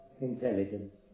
intelligence